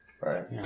Right